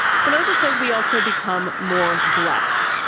spinoza says we also become more blessed.